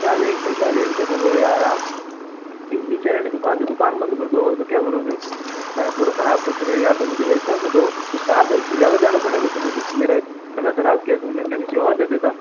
क्या देखते क्या देखते कर रहे हो यार आप इतनी चरण है दुकान तो दुकान बंद कर दो और का क्या करोगे हैं पूरा ख़राब कर के दे दिया या तो मुझे मेरे पैसे दो सात है उससे ज़्यादा देने पड़ेंगे तो मैं मेरा कपड़ा खराब किया तुम ने मैं किसी और को दे देता